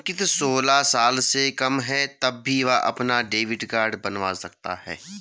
अंकित सोलह साल से कम है तब भी वह अपना डेबिट कार्ड बनवा सकता है